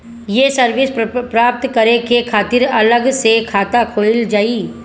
ये सर्विस प्राप्त करे के खातिर अलग से खाता खोलल जाइ?